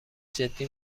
جدی